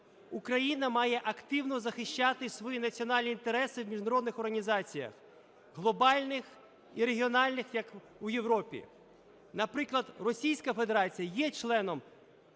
Україна має активно захищати свої національні інтереси в міжнародних організаціях, глобальних і регіональних, як у Європі. Наприклад, Російська Федерація є членом